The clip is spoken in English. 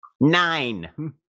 nine